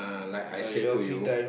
like I said to you